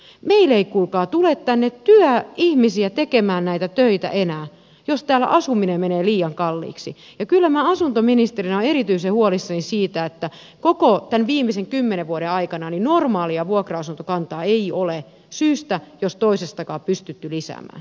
meille ei kuulkaa tule tänne ihmisiä tekemään näitä töitä enää jos täällä asuminen menee liian kalliiksi ja kyllä minä asuntoministerinä olen erityisen huolissani siitä että koko tämän viimeisen kymmenen vuoden aikana normaalia vuokra asuntokantaa ei ole syystä jos toisestakaan pystytty lisäämään